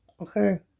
Okay